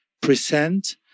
present